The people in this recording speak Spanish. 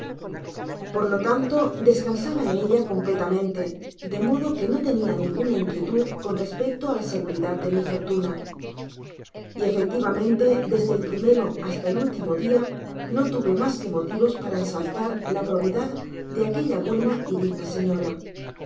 por lo tanto descansaba en ella completamente de modo que no tenia ninguna inquietud con respecto á la seguridad de mi fortuna y efectivamente desde el primera hasta el último dia no tuve mas que motivos para ensalzar la providad de aquella buena y digna señora